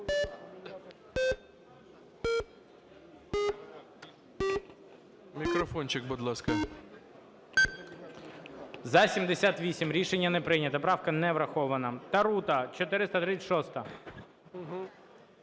За-78 Рішення не прийнято. Правка не врахована. Тарута, 436-а.